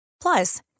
Plus